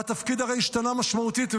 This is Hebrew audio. והתפקיד הרי השתנה משמעותית.